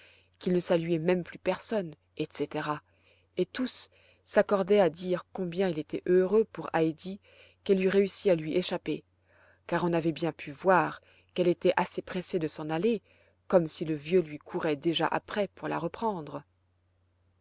qu'il ne saluait même plus personne etc et tous s'accordaient à dire combien il était heureux pour heidi qu'elle eût réussi à lui échapper car on avait bien pu voir qu'elle était assez pressée de s'en aller comme si le vieux li courait déjà après pour la reprendre